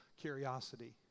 curiosity